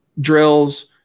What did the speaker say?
drills